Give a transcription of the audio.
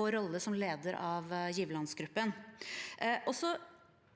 vår rolle som leder av giverlandsgruppen.